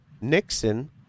Nixon